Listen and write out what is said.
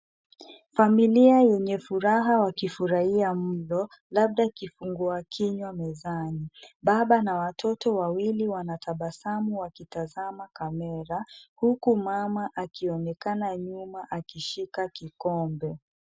Familia yenye furaha wakifurahia mlo labda kifungua kinywa mezani. Baba na watoto wawili wanatabasamu wakitazama kamera huku mama akionekana nyuma akishika kikombe.